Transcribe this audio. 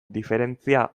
diferentzia